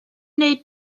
neu